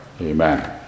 Amen